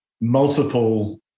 multiple